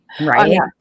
Right